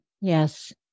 Yes